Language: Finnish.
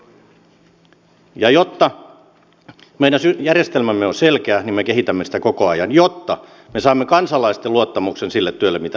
ja jotta meidän järjestelmämme olisi selkeä me kehitämme sitä koko ajan jotta me saamme kansalaisten luottamuksen sille työlle mitä me olemme tekemässä